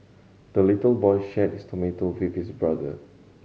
the little boy shared his tomato with his brother